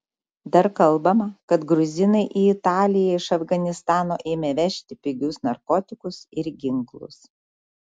dar kalbama kad gruzinai į italiją iš afganistano ėmė vežti pigius narkotikus ir ginklus